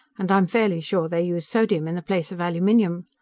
and i'm fairly sure they use sodium in the place of aluminum.